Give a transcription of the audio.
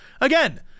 Again